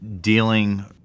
Dealing